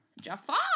Jafar